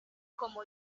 como